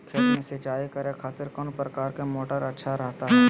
खेत में सिंचाई करे खातिर कौन प्रकार के मोटर अच्छा रहता हय?